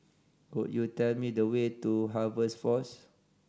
could you tell me the way to Harvest Force